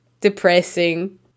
depressing